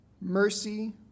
mercy